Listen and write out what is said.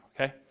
okay